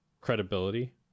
credibility